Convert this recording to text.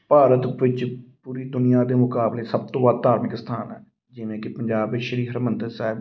ਭਾਰਤ ਵਿੱਚ ਪੂਰੀ ਦੁਨੀਆਂ ਦੇ ਮੁਕਾਬਲੇ ਸਭ ਤੋਂ ਵੱਧ ਧਾਰਮਿਕ ਸਥਾਨ ਹੈ ਜਿਵੇਂ ਕਿ ਪੰਜਾਬ ਵਿੱਚ ਸ਼੍ਰੀ ਹਰਿਮੰਦਰ ਸਾਹਿਬ